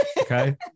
Okay